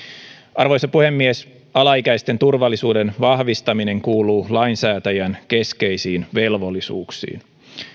arvoisa puhemies alaikäisten turvallisuuden vahvistaminen kuuluu lainsäätäjän keskeisiin velvollisuuksiin